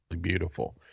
beautiful